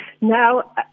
Now